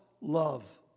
love